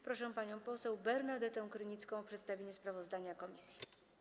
Proszę panią poseł Bernadetę Krynicką o przedstawienie sprawozdania komisji.